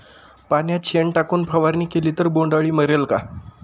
पाण्यात शेण टाकून फवारणी केली तर बोंडअळी मरेल का?